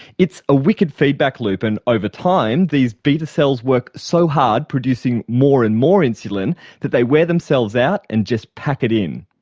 it's a wicked feedback loop and, over time, these beta cells work so hard producing more and more insulin that they wear themselves out and just pack it in.